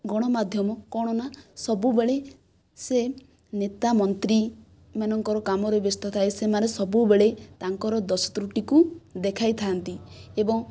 ଗଣମାଧ୍ୟମ କ'ଣ ନା ସବୁବେଳେ ସେ ନେତା ମନ୍ତ୍ରୀମାନଙ୍କର କାମରେ ବ୍ୟସ୍ତ ଥାଏ ସେମାନେ ସବୁବେଳେ ତାଙ୍କର ଦୋଷ ତ୍ରୁଟିକୁ ଦେଖାଇଥାନ୍ତି ଏବଂ